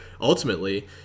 ultimately